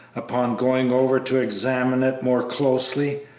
upon going over to examine it more closely,